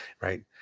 right